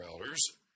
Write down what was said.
elders